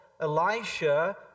Elisha